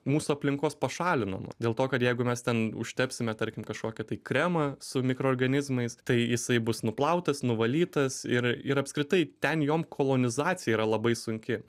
mūsų aplinkos pašalinama dėl to kad jeigu mes ten užtepsime tarkim kažkokį tai kremą su mikroorganizmais tai jisai bus nuplautas nuvalytas ir ir apskritai ten jom kolonizacija yra labai sunki